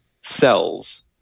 cells